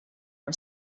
for